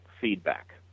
feedback